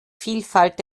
vielfalt